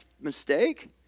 mistake